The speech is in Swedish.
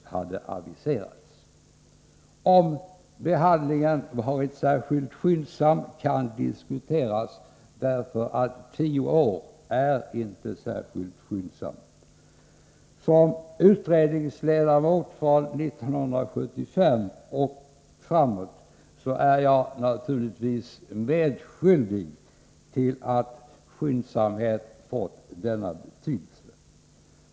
.hade aviserats, ,Om-, behandlingen, yvarit särskilt ,skyndsam kan diskuteras — den tog tio år, vilket inte är särskilt skyndsamt. Som utredningsledamot från. 1975 och; därefter är jag naturligtvis medskyldig, till att ordet skyndsamhet fått. denna, betydelse.